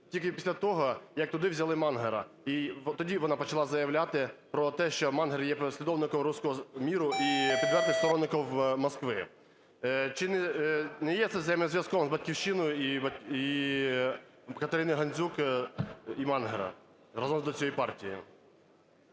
тільки після того, як туди взяли Мангера. І тоді вона почала заявляти про те, що Мангер є послідовником "русского мира" і відвертим сторонником Москви. Чи не є це взаємозв'язком з "Батьківщиною" і КатериниГандзюк, і Мангера, разом, до цієї партії?